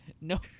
No